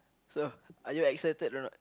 so are you excited or not